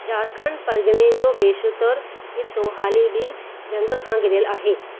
झारखंड परगि॒णे जो बेशितरु हिसो हाली बि झंगु खां घिरयलु आहे